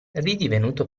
ridivenuto